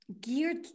geared